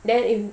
then if